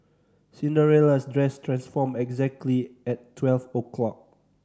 Cinderella's dress transformed exactly at twelve o' clock